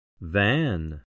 Van